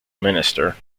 minister